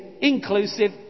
inclusive